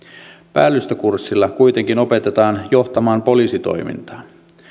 päällystökurssilla kuitenkin opetetaan johtamaan poliisitoimintaa